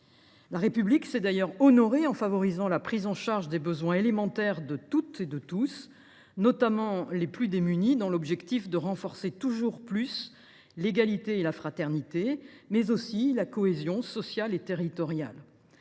La République s’est honorée en favorisant la prise en charge des besoins élémentaires de tous, notamment des plus démunis, dans l’objectif de renforcer toujours plus l’égalité, la fraternité, ainsi que la cohésion sociale et territoriale.